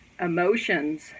emotions